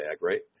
right